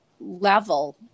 level